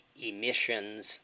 emissions